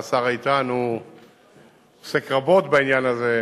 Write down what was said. והשר איתן הוא עוסק רבות בעניין הזה,